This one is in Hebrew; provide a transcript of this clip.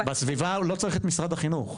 בסביבה הוא לא צריך את משרד החינוך.